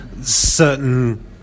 certain